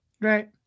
Right